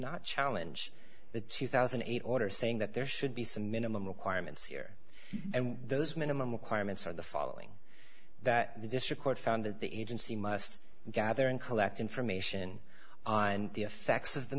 not challenge the two thousand and eight order saying that there should be some minimum requirements here and those minimum requirements are the following that the district court found that the agency must gather and collect information on the effects of the